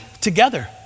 together